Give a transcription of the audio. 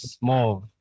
more